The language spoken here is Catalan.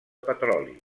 petroli